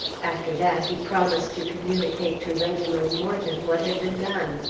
after that he promised to communicate to reginald morton what had been done.